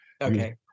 Okay